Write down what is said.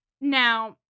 Now